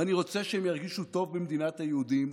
ואני רוצה שהם ירגישו טוב במדינת היהודים,